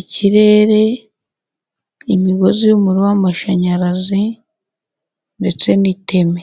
ikirere, imigozi y'umuriro w'amashanyarazi ndetse n'iteme.